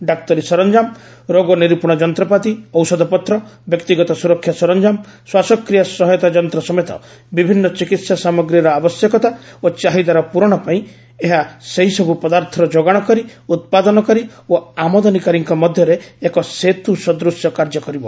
ଡାକ୍ତରୀ ସରଞ୍ଜାମ ରୋଗନିରୂପଣ ଯନ୍ତ୍ରପାତି ଔଷଧପତ୍ର ବ୍ୟକ୍ତିଗତ ସୁରକ୍ଷା ସରଞ୍ଜାମ ଶ୍ୱାସକ୍ରିୟା ସହାୟତା ଯନ୍ତ୍ର ସମେତ ବିଭିନ୍ନ ଚିକିତ୍ସା ସାମଗ୍ରୀର ଆବଶ୍ୟକତା ଓ ଚାହିଦାର ପୂରଣ ପାଇଁ ଏହା ସେହିସବୁ ପଦାର୍ଥର ଯୋଗାଣକାରୀ ଉତ୍ପାଦନକାରୀ ଆମଦାନିକାରୀଙ୍କ ମଧ୍ୟରେ ଏକ ସେତୁ ସଦୂଶ କାର୍ଯ୍ୟ କରିବ